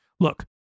Look